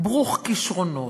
ברוך כישרונות,